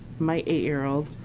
my eight year old.